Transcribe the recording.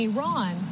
Iran